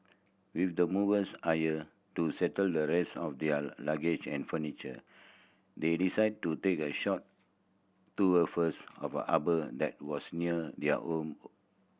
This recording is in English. with the movers hired to settle the rest of their luggage and furniture they decided to take a short tour first of a harbour that was near their home